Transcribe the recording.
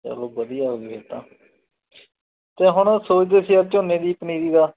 ਚਲੋ ਵਧੀਆ ਫਿਰ ਤਾਂ ਚ ਹੁਣ ਸੋਚਦੇ ਸੀ ਯਾਰ ਝੋਨੇ ਦੀ ਪਨੀਰੀ ਦਾ